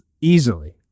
easily